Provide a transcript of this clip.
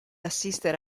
assistere